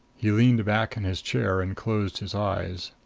he leaned back in his chair and closed his eyes.